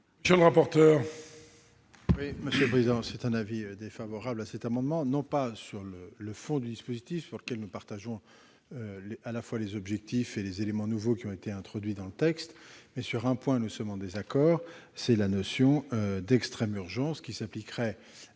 monsieur le rapporteur,